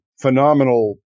phenomenal